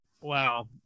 Wow